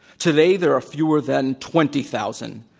today, there are fewer than twenty thousand.